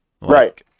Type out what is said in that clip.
Right